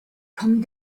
come